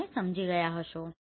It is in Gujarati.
બરાબર